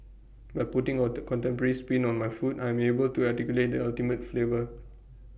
by putting contemporary spin on my food I am able to articulate the ultimate flavour